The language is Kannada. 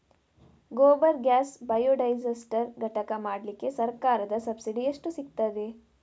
ಗೋಬರ್ ಗ್ಯಾಸ್ ಬಯೋಡೈಜಸ್ಟರ್ ಘಟಕ ಮಾಡ್ಲಿಕ್ಕೆ ಸರ್ಕಾರದ ಸಬ್ಸಿಡಿ ಎಷ್ಟು ಸಿಕ್ತಾದೆ?